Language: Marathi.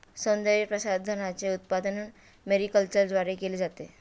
सौंदर्यप्रसाधनांचे उत्पादन मॅरीकल्चरद्वारे केले जाते